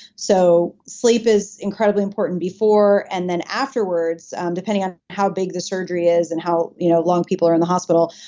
so sleep is incredibly important before, and then afterwards um depending on how big the surgery is and how you know long people are in the hospital,